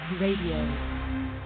Radio